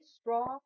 straw